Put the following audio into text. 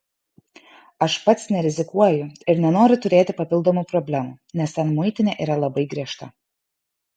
aš pats nerizikuoju ir nenoriu turėti papildomų problemų nes ten muitinė yra labai griežta